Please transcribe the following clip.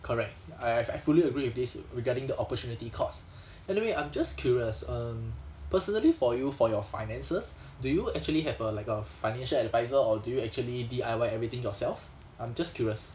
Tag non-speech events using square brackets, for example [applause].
correct I have I fully agree with this regarding the opportunity cost [breath] anyway I'm just curious um personally for you for your finances [breath] do you actually have a like a financial advisor or do you actually D_I_Y everything yourself I'm just curious